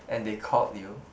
and they called you